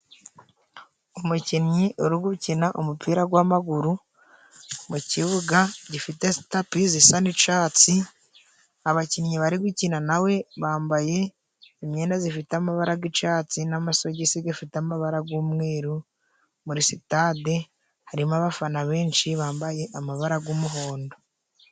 Umukinnyi uri gukina umupira gw'amaguru mu kibuga gifite stapi zisa n'icatsi, abakinnyi bari gukina na we bambaye imyenda zifite amabara g'icatsi n'amasogisi gafite amabara g'umweru, muri sitade harimo abafana benshi bambaye amabara g'umuhondo.